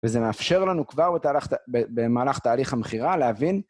וזה מאפשר לנו כבר בתהלך במהלך תהליך המכירה להבין